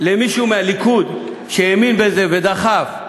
למישהו מהליכוד שהאמין בזה ודחף,